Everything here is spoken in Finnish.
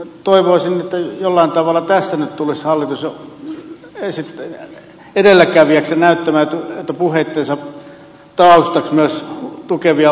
toivoisin että jollain tavalla tässä nyt tulisi hallitus edelläkävijäksi ja näyttämään puheittensa taustaksi myös tukevia lukuja